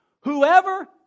Whoever